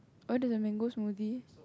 oh there's a mango smoothie